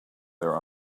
their